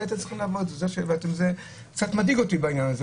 זה קצת מדאיג אותי העניין הזה.